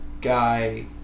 guy